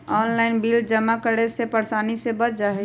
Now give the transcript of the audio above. Online bill जमा करे से परेशानी से बच जाहई?